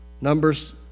Numbers